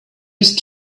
used